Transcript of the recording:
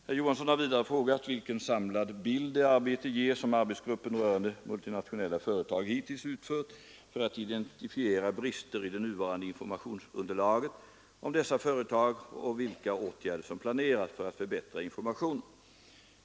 Herr Johansson har vidare frågat vilken samlad bild det arbete ger som arbetsgruppen rörande multinationella företag hittills utfört för att identifiera brister i det nuvarande informationsunderlaget om dessa företag och vilka åtgärder som planeras för att förbättra informationen.